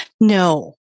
No